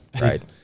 right